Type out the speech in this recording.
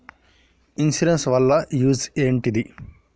Insurance వాళ్ల use ఏంటిది?